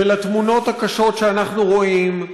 ולתמונות הקשות שאנחנו רואים,